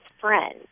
friends